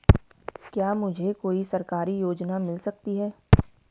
क्या मुझे कोई सरकारी योजना मिल सकती है?